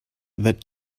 that